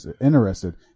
interested